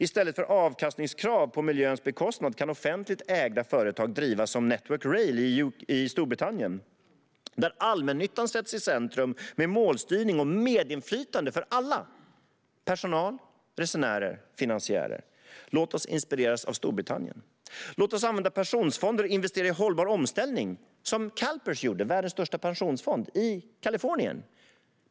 I stället för avkastningskrav på miljöns bekostnad kan offentligt ägda företag drivas som Network Rail i Storbritannien, där allmännyttan sätts i centrum med målstyrning och medinflytande för alla - personal, resenärer, finansiärer. Låt oss inspireras av Storbritannien! Låt oss använda pensionsfonder för att investera i hållbar omställning som Calpers, världens största pensionsfond, gjorde i Kalifornien.